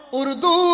urdu